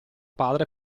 padre